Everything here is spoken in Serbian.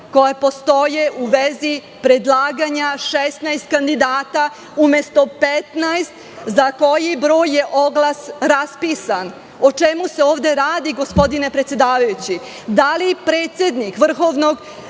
koja postoje u vezi predlaganja 16 kandidata umesto 15, za koji broj je oglas raspisan? O čemu se ovde radi, gospodine predsedavajući? Da li predsednik Visokog